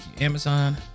Amazon